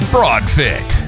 Broadfit